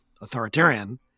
authoritarian